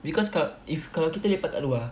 because kalau if kalau kita lepak kat luar